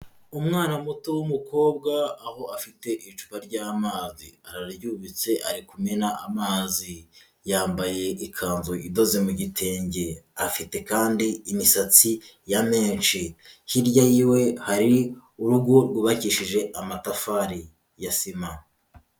Umwana muto w'umukobwa aho afite icupa ry'amazi araryubitse ari kumena amazi, yambaye ikanzu idoze mu gitenge, afite kandi imisatsi ya menshi, hirya yiwe hari urugo rwubakishije amatafari ya sima.